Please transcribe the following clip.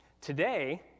Today